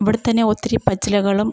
ഇവിടെത്തന്നെ ഒത്തിരി പച്ചിലകളും